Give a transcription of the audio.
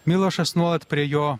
milošas nuolat prie jo